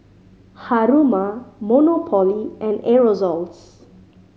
Haruma Monopoly and Aerosoles